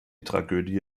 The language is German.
tragödie